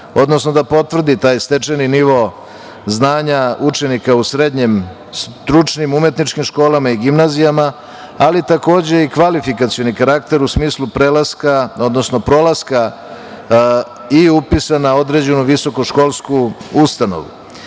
odnosno da potvrdi taj stečeni nivo znanja učenika u srednjim stručnim, umetničkim školama i gimnazijama, ali takođe i kvalifikacioni karakter, u smislu prolaska i upisa na određenu visokoškolsku ustanovu,